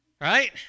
Right